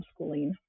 homeschooling